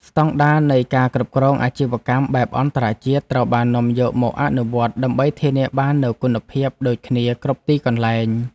ស្តង់ដារនៃការគ្រប់គ្រងអាជីវកម្មបែបអន្តរជាតិត្រូវបាននាំយកមកអនុវត្ត ដើម្បីធានាបាននូវគុណភាពដូចគ្នាគ្រប់ទីកន្លែង។